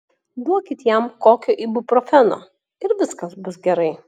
duokit jam kokio ibuprofeno ir viskas bus gerai